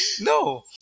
No